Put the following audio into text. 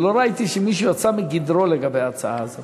לא ראיתי שמישהו יצא מגדרו לגבי ההצעה הזאת.